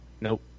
Nope